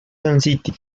city